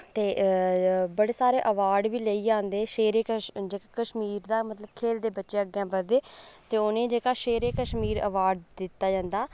ते बड़े सारे अवार्ड बी लेइयै औंदे शेर ए कशमीर जे कश्मीर दा मतलब खेढदे बच्चे अग्गें बधदे ते उ'नें ई जेह्का शेर ए कश्मीर अवार्ड दित्ता जंदा